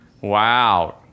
Wow